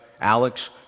Alex